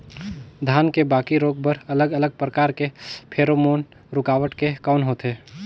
धान के बाकी रोग बर अलग अलग प्रकार के फेरोमोन रूकावट के कौन होथे?